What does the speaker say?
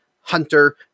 hunter